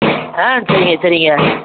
ஆ சரிங்க சரிங்க